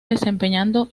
desempeñando